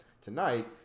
tonight